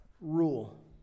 rule